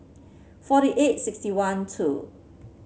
forty eight sixty one two